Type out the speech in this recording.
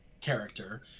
character